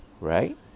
right